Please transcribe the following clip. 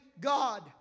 God